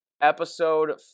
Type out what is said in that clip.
episode